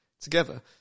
together